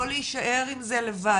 לא להישאר עם זה לבד,